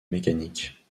mécanique